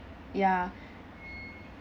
ya